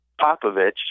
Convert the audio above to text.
Popovich